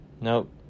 nope